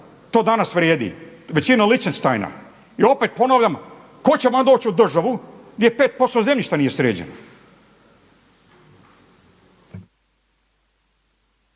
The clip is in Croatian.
to danas vrijedi, … i opet ponavljam tko će vam doći u državu gdje 5% zemljišta nije sređeno?